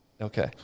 Okay